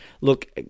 look